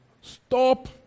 stop